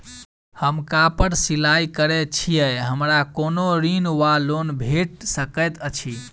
हम कापड़ सिलाई करै छीयै हमरा कोनो ऋण वा लोन भेट सकैत अछि?